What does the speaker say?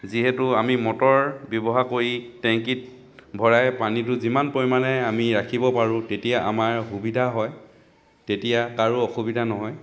যিহেতু আমি মটৰ ব্যৱহাৰ কৰি টেংকিত ভৰাই পানীটো যিমান পৰিমাণে আমি ৰাখিব পাৰোঁ তেতিয়া আমাৰ সুবিধা হয় তেতিয়া কাৰো অসুবিধা নহয়